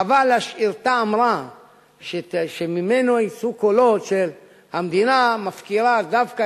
חבל להשאיר טעם רע שממנו יצאו קולות שהמדינה מפקירה דווקא